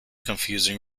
confusing